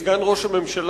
אדוני סגן ראש הממשלה,